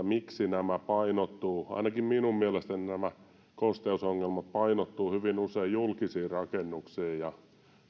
miksi nämä painottuvat ainakin minun mielestäni nämä kosteusongelmat painottuvat hyvin usein julkisiin rakennuksiin